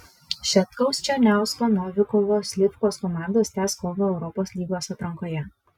šetkaus černiausko novikovo slivkos komandos tęs kovą europos lygos atrankoje